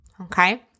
Okay